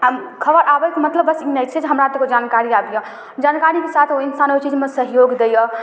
आओर खबर आबयके मतलब बस ई नइ छै हमरा तऽ एगो जानकारी याद यऽ जानकारीके साथ ओ इंसान ओइ चीजमे सहयोग दै यऽ